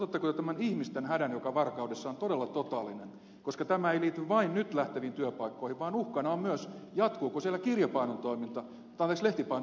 otatteko te todesta tämän ihmisten hädän joka varkaudessa on todella totaalinen koska tämä ei liity vain nyt lähteviin työpaikkoihin vaan uhkana on myös jatkuuko siellä lehtipainon toiminta sanoma osakeyhtiön toimesta